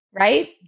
Right